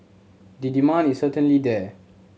the demand is certainly there